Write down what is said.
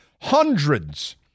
Hundreds